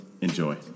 Enjoy